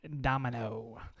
domino